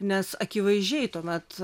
nes akivaizdžiai tuomet